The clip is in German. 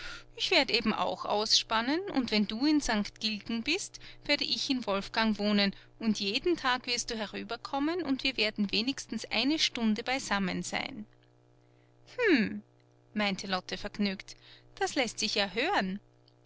ich werde eben auch ausspannen und wenn du in st gilgen bist werde ich in wolfgang wohnen und jeden tag wirst du herüberkommen und wir werden wenigstens eine stunde beisammen sein hm meinte lotte vergnügt das läßt sich ja hören